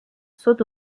sault